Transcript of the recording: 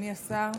אדוני השר,